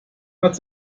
hat